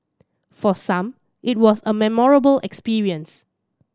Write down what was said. for some it was a memorable experience